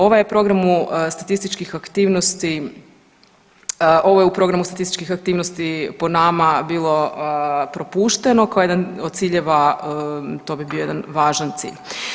Ovaj je program u statističkih aktivnosti ovo je u programu statističkih aktivnosti po nama bilo propušteno kao jedan od ciljeva to bi bio jedan važan cilj.